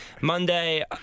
Monday